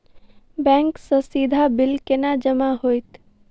Bank सँ सीधा bill केना जमा होइत?